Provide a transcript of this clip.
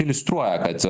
ilistruoja kad